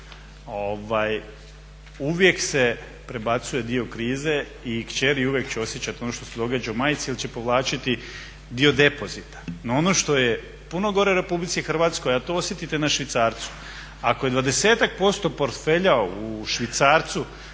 uvijek se prebacuje dio krize i kćeri uvijek će osjećati ono što se događa u majci ili će povlačiti dio depozita. No ono što je puno gore RH, a to osjetite na švicarcu. Ako je dvadesetak posto portfelja u švicarcu